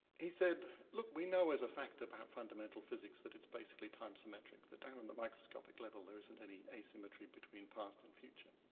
he said, look, we know as a fact about fundamental physics that it's basically time symmetric, that down on the microscopic level there isn't any asymmetry between past and future.